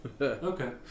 okay